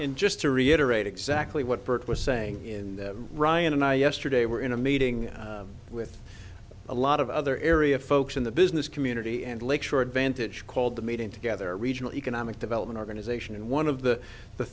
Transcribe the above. in just to reiterate exactly what bert was saying in ryan and i yesterday were in a meeting with a lot of other area folks in the business community and lake shore advantage called the meeting together regional economic development organization and one of the the